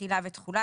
תחילה ותחולה.